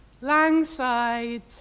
Langside